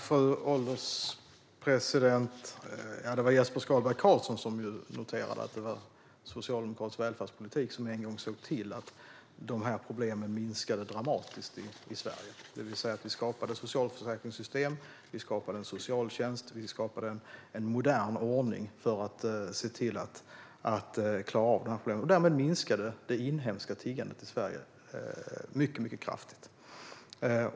Fru ålderspresident! Det var Jesper Skalberg Karlsson som noterade att det var socialdemokratisk välfärdspolitik som en gång såg till att problemen minskade dramatiskt i Sverige. Vi skapade socialförsäkringssystem, en socialtjänst och en modern ordning för att se till att klara problemen. Därmed minskade det inhemska tiggandet i Sverige mycket kraftigt.